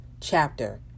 chapter